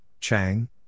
Chang